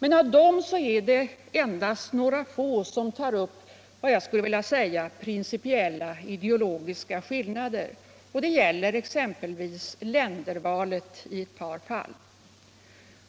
Men av dessa är det ändå endast några få som tar upp principiella, ideologiska skillnader. Det gäller exempelvis ländervalet i ett par fall.